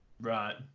Right